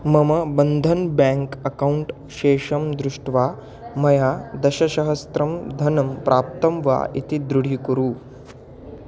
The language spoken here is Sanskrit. मम बन्धन् बेङ्क् अकौण्ट् शेषं दृष्ट्वा मया दश सहस्रं धनं प्राप्तं वा इति दृढीकुरु